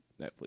Netflix